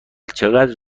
چقدر